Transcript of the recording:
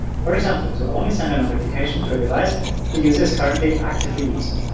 for example to only send a notification to a device the user is currently actively using.